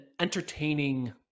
entertaining